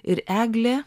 ir eglė